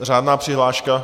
Řádná přihláška?